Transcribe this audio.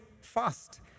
fast